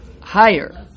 higher